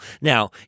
Now